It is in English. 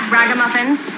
Ragamuffins